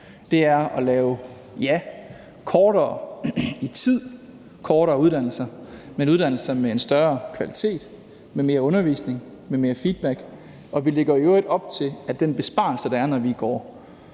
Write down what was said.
er at lave kortere uddannelser målt i tid, javist, og uddannelser med en større kvalitet, med mere undervisning og med mere feedback. Vi lægger i øvrigt op til, at den besparelse, der er, når man går